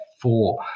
four